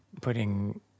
putting